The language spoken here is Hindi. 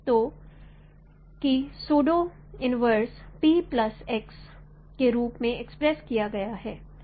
तो कि pseudo inverse P plus x के रूप में एक्सप्रेस किया गया है